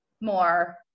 more